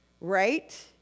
right